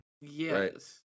Yes